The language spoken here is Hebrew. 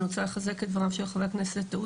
אני רוצה לחזק את דבריו של ח"כ עודה,